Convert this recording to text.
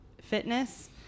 fitness